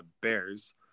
Bears